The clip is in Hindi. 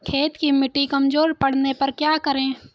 खेत की मिटी कमजोर पड़ने पर क्या करें?